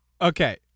Okay